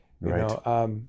right